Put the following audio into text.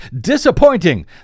disappointing